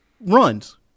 runs